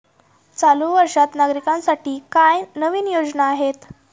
चालू वर्षात नागरिकांसाठी काय नवीन योजना आहेत?